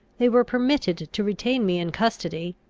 they were permitted to retain me in custody,